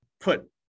put